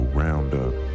roundup